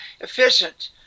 efficient